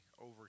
over